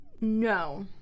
No